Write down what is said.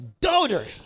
daughter